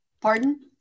pardon